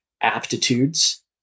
aptitudes